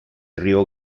río